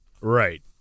Right